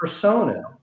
persona